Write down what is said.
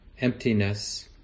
emptiness